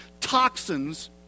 toxins